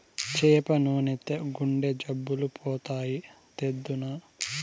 చేప నూనెతో గుండె జబ్బులు పోతాయి, తెద్దునా